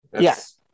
Yes